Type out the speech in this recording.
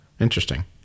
Interesting